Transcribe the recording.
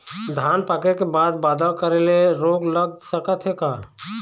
धान पाके के बाद बादल करे ले रोग लग सकथे का?